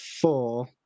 four